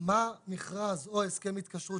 מה אמור לכלול מכרז או הסכם התקשרות